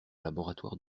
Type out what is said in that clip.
laboratoire